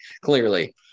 clearly